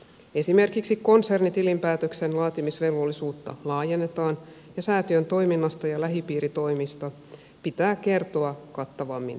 esimerkiksi konsernitilinpäätöksen laatimisvelvollisuutta laajennetaan ja säätiön toiminnasta ja lähipiiritoimista pitää kertoa kattavammin toimintakertomuksessa